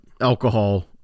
alcohol